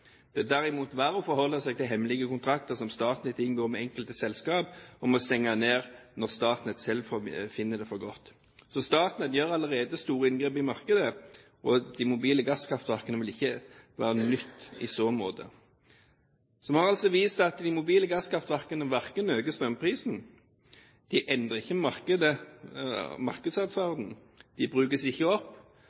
Det er derimot verre å forholde seg til hemmelige kontrakter som Statnett inngår med enkelte selskap om å stenge ned når Statnett selv finner det for godt. Så Statnett gjør allerede store inngrep i markedet, og de mobile gasskraftverkene vil ikke være noe nytt i så måte. Så vi har altså vist at de mobile gasskraftverkene ikke øker strømprisen, de endrer ikke markedsatferden, de brukes ikke opp,